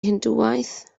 hindŵaeth